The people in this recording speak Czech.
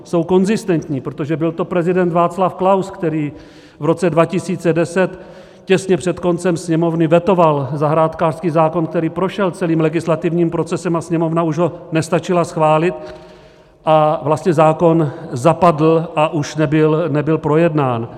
Jsou konzistentní, protože byl to prezident Václav Klaus, který v roce 2010 těsně před koncem Sněmovny vetoval zahrádkářský zákon, který prošel celým legislativním procesem a Sněmovna už ho nestačila schválit, a vlastně zákon zapadl a už nebyl projednán.